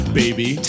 baby